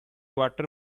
water